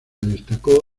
destacó